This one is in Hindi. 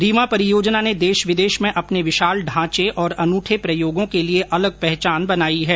रीवा परियोजना ने देश विदेश में अपने विशाल ढांचे और अनूठे प्रयोगों के लिए अलग पहचान बनाई है